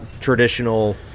traditional